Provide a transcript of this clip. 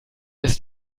ist